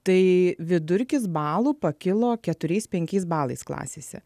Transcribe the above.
tai vidurkis balų pakilo keturiais penkiais balais klasėse